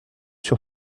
sur